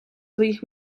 своїх